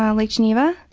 ah lake geneva?